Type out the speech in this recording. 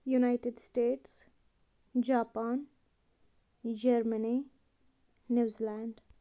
United States Japan Germany New Zealand